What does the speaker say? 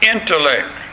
intellect